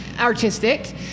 artistic